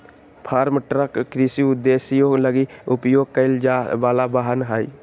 farm truck कृषि उद्देश्यों लगी उपयोग कईल जाय वला वाहन हइ